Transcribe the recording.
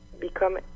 become